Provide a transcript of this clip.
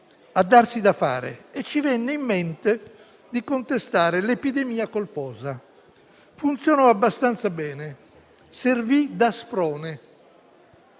a darsi da fare, e ci venne in mente di contestare l'epidemia colposa. Funzionò abbastanza bene, servì da sprone».